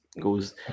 goes